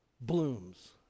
blooms